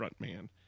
frontman